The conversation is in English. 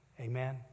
Amen